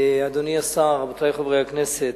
אדוני השר, רבותי חברי הכנסת,